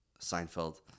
Seinfeld